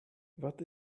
what